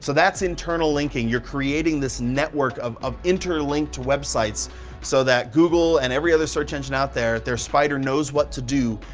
so that's internal linking. you're creating this network of of interlinked websites so that google, and every other search engine out there, their spider knows what to do,